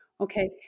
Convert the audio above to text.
okay